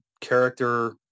character